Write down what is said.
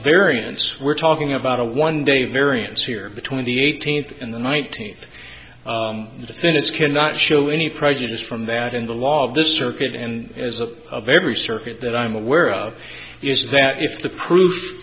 variance we're talking about a one day variance here between the eighteenth and the nineteenth the thing is cannot show any prejudice from that in the law of this circuit and as a very circuit that i'm aware of is that if the proof